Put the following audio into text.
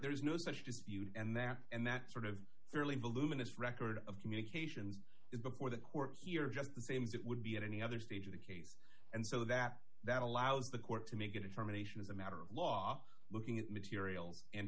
there is no such dispute and that and that sort of thoroughly voluminous record of communications is before the court here just the same as it would be in any other stage of the case and so that that allows the court to make a determination as a matter of law looking at materials and